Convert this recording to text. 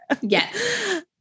Yes